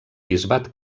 bisbat